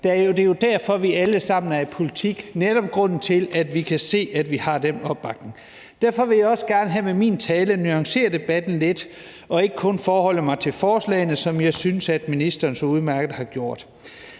Det er jo derfor, vi alle sammen er i politik, og grunden til, at vi kan se, at vi har den opbakning. Derfor vil jeg også gerne med min tale her nuancere debatten lidt og ikke kun forholde mig til forslaget, som jeg synes at ministeren så udmærket har gjort.